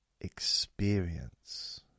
experience